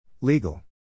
Legal